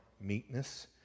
Meekness